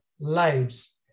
lives